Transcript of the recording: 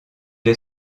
est